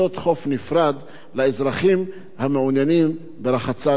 נפרד לאזרחים המעוניינים ברחצה נפרדת?